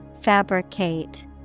Fabricate